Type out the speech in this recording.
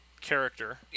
Character